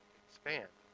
expand